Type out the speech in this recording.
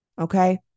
Okay